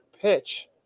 pitch